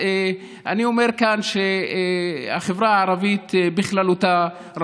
אומר כאן שבחברה הערבית בכללותה,